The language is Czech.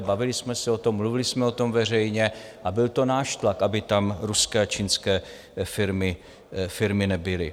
Bavili jsme se o tom, mluvili jsme o tom veřejně a byl to náš tlak, aby tam ruské a čínské firmy nebyly.